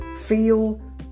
feel